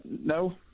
no